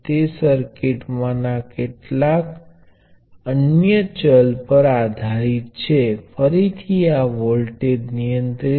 આ સર્કિટ ની રીતે બતાવવામાં આવશે જે નીચે મુજબ છે